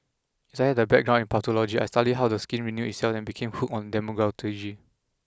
as I had a background in pathology I studied how the skin renews itself and became hooked on dermatology